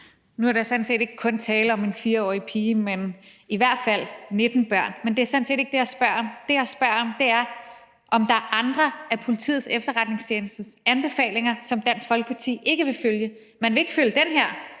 Nu er der sådan set ikke kun tale om en 4-årig pige, men i hvert fald 19 børn. Men det er sådan set ikke det, jeg spørger om. Det, jeg spørger om, er, om der er andre af Politiets Efterretningstjenestes anbefalinger, som Dansk Folkeparti ikke vil følge. Man vil ikke følge den her